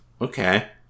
Okay